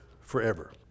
forever